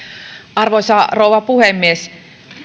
arvoisa rouva puhemies